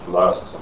last